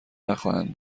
نخواهند